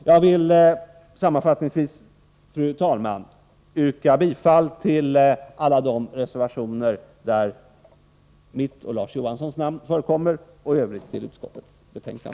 Jag vill sammanfattningsvis, fru talman, yrka bifall till alla de reservationer där mitt och Larz Johanssons namn förekommer och i övrigt till utskottets hemställan.